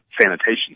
sanitation